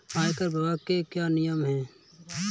आयकर विभाग के क्या नियम हैं?